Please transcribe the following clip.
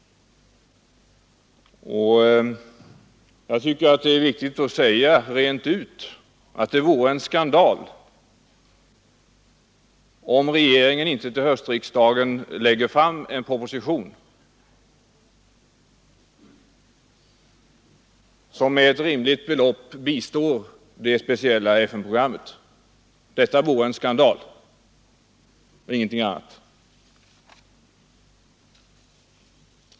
Det är viktigt att efter denna diskussion säga rent ut att det vore skandal om regeringen inte till höstriksdagen lägger fram en proposition, som med ett rimligt belopp bistår det speciella FN-programmet. Detta vore en skandal och ingenting annat.